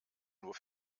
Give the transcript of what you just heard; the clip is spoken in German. nur